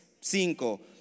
cinco